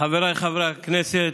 חבריי חברי הכנסת,